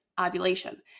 ovulation